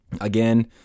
Again